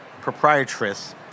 proprietress